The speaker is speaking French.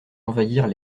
envahirent